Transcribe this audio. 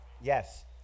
Yes